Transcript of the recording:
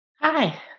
Hi